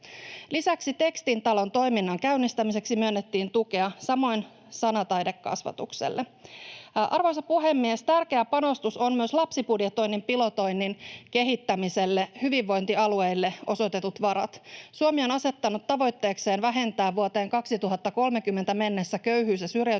Lisäksi Tekstin talon toiminnan käynnistämiseksi myönnettiin tukea, samoin sanataidekasvatukselle. Arvoisa puhemies! Tärkeä panostus ovat myös lapsibudjetoinnin pilotoinnin kehittämiseen hyvinvointialueille osoitetut varat. Suomi on asettanut tavoitteekseen vähentää vuoteen 2030 mennessä köyhyys- ja syrjäytymisriskissä